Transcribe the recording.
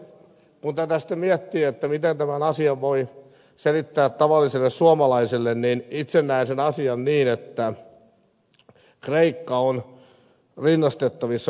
kun tätä sitten miettii miten tämän asian voi selittää tavalliselle suomalaiselle niin itse näen sen asian niin että kreikka on rinnastettavissa ylivelkaantuneeseen kuluttajaan